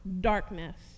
darkness